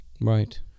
Right